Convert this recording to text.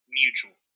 mutual